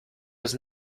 des